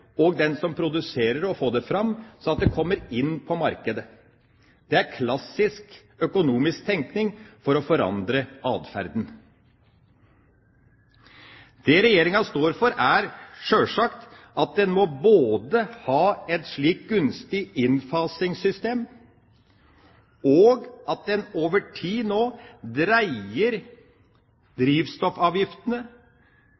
for den som produserer det, å få det fram, sånn at det kommer inn på markedet. Det er klassisk økonomisk tenkning for å forandre atferden. Det Regjeringa står for, er sjølsagt at en både må ha et slikt gunstig innfasingssystem, og at en over tid dreier